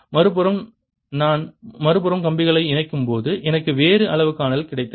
மறுபுறம் நான் மறுபுறம் கம்பிகளை இணைக்கும்போது எனக்கு வேறு அளவு காணல் கிடைத்தது